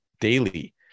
daily